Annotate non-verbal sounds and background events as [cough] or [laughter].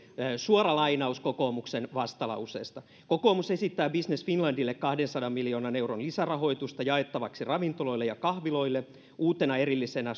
suora lainaus kokoomuksen vastalauseesta kokoomus esittää business finlandille kahdensadan miljoonan euron lisärahoitusta jaettavaksi ravintoloille ja kahviloille uutena erillisenä [unintelligible]